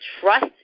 trust